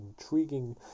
intriguing